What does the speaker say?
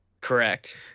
Correct